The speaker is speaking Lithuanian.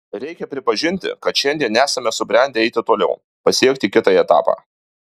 reikia pripažinti kad šiandien nesame subrendę eiti toliau pasiekti kitą etapą